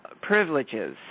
privileges